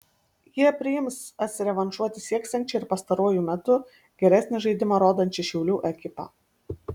jie priims atsirevanšuoti sieksiančią ir pastaruoju metu geresnį žaidimą rodančią šiaulių ekipą